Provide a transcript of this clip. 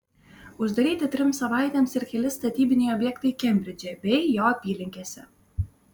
uždaryti trims savaitėms ir keli statybiniai objektai kembridže bei jo apylinkėse